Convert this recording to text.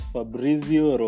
Fabrizio